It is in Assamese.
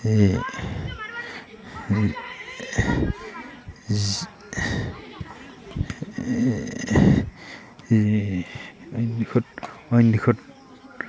এই অইন দিশত অইন দিশত